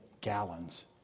gallons